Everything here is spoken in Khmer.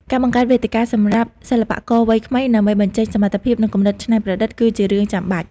ការបង្កើតវេទិកាសម្រាប់សិល្បករវ័យក្មេងដើម្បីបញ្ចេញសមត្ថភាពនិងគំនិតច្នៃប្រឌិតគឺជារឿងចាំបាច់។